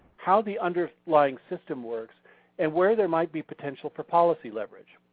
how the underlying system works and where there might be potential for policy leverage.